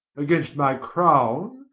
against my crown,